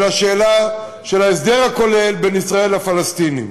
אלא שאלה של ההסדר הכולל בין ישראל לפלסטינים.